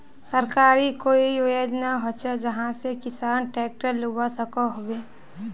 सरकारी कोई योजना होचे जहा से किसान ट्रैक्टर लुबा सकोहो होबे?